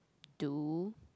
do